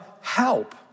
help